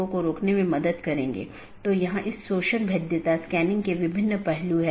इसलिए समय समय पर जीवित संदेश भेजे जाते हैं ताकि अन्य सत्रों की स्थिति की निगरानी कर सके